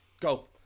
Go